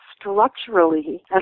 structurally